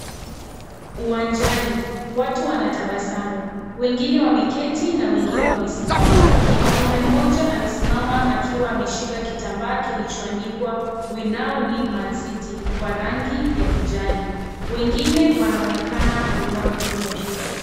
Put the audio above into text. Uwanjani, watu wanatabasamu, wengine wameketi na wengine wamesimama, mwanaume mmoja amesimama akiwa ameshika kitambaa kilichoandikwa we now need mancity kwa rangi ya kijani, wengine wanaonekana kuinua mikono juu.